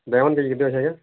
ବାଇଗଣ କେଜି କେତେ ଅଛି ଆଜ୍ଞା